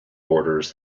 borders